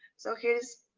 so here's